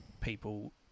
people